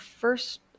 first